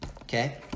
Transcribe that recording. okay